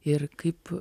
ir kaip